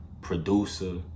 producer